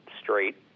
straight